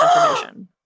information